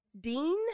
Dean